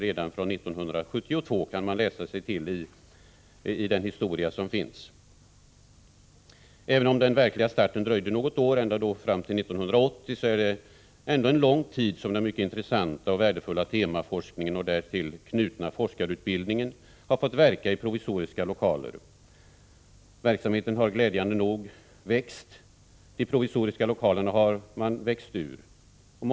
Man kan läsa om att det funnits ett intresse redan 1972. Även om den verkliga starten dröjde något år, till 1980, har den mycket intressanta och värdefulla temaforskningen — och den därtill knutna forskarutbildningen — under en lång tid måst bedrivas i provisoriska lokaler. Verksamheten har glädjande nog växt. De provisoriska lokalerna har blivit för små.